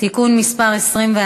שזה מוסד חשוב,